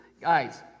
guys